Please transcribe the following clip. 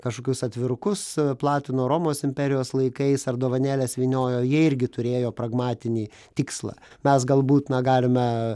kažkokius atvirukus platino romos imperijos laikais ar dovanėles vyniojo jie irgi turėjo pragmatinį tikslą mes galbūt na galime